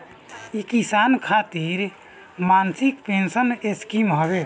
इ किसान खातिर मासिक पेंसन स्कीम हवे